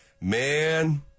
man